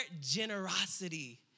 generosity